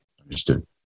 Understood